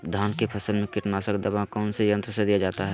धान की फसल में कीटनाशक दवा कौन सी यंत्र से दिया जाता है?